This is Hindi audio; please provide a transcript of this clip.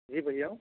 जी भैया